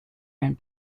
and